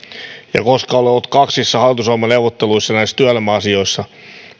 ja koska olen ollut kaksissa hallitusohjelmaneuvotteluissa näissä työelämäasioissa